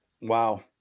wow